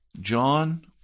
John